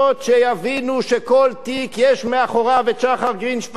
שיבינו שכל תיק יש מאחוריו שחר גרינשפן,